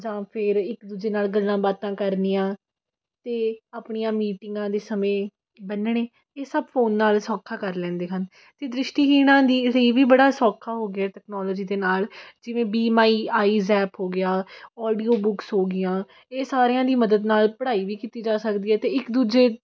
ਜਾਂ ਫਿਰ ਇੱਕ ਦੂਜੇ ਨਾਲ ਗੱਲਾਂ ਬਾਤਾਂ ਕਰਨੀਆਂ ਅਤੇ ਆਪਣੀਆਂ ਮੀਟਿੰਗਾਂ ਦੇ ਸਮੇਂ ਬੰਨਣੇ ਇਹ ਸਭ ਫੋਨ ਨਾਲ ਸੌਖਾ ਕਰ ਲੈਂਦੇ ਹਨ ਅਤੇ ਦ੍ਰਿਸ਼ਟੀਹੀਣਾਂ ਦੀ ਲਈ ਵੀ ਬੜਾ ਸੌਖਾ ਹੋ ਗਿਆ ਤੈਕਨੋਲਜੀ ਦੇ ਨਾਲ ਜਿਵੇਂ ਬੀ ਮਾਈ ਆਈਜ਼ ਐਪ ਹੋ ਗਿਆ ਔਡੀਓ ਬੁੱਕਸ ਹੋ ਗਈਆਂ ਇਹ ਸਾਰਿਆਂ ਦੀ ਮਦਦ ਨਾਲ ਪੜ੍ਹਾਈ ਵੀ ਕੀਤੀ ਜਾ ਸਕਦੀ ਹੈ ਅਤੇ ਇੱਕ ਦੂਜੇ